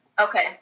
Okay